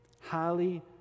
highly